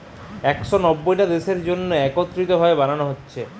একশ নব্বইটা দেশের জন্যে একত্রিত ভাবে বানানা হচ্ছে